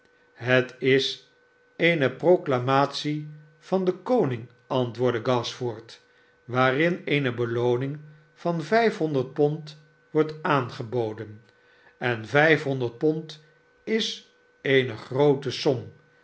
het is eene proclamatie vas den koning antwoordde gashford waann eene belooning van vijfhonderd pond wordt aangeboden en vijfhonderd pond is eene groote som